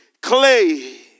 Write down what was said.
clay